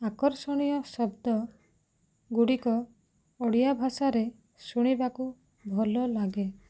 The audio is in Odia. ଆକର୍ଷଣୀୟ ଶବ୍ଦ ଗୁଡ଼ିକ ଓଡ଼ିଆ ଭାଷାରେ ଶୁଣିବାକୁ ଭଲ ଲାଗେ